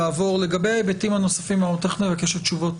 לגבי ההיבטים הנוספים אנחנו תיכף נבקש את תשובות